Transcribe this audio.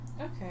Okay